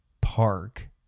park